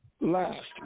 last